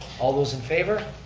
all those in favor?